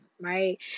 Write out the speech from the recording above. right